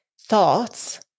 thoughts